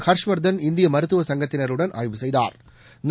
ஷாஷ்வா்தன் இந்திய மருத்துவ சங்கத்தினருடன் ஆய்வு செய்தாா்